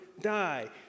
die